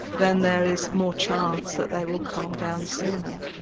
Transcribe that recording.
then there is more chance that they will calm down sooner.